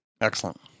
Excellent